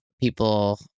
people